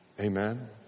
Amen